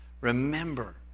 Remember